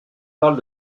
parle